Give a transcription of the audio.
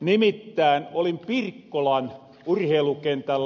nimittään olin pirkkolan urheilukentällä